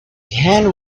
hand